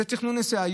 זה תכנון נסיעה.